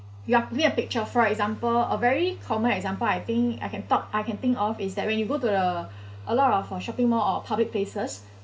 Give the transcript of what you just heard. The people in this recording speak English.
you are clear picture for example a very common example I think I can talk I can think of is that when you go to the a lot of uh shopping mall or public places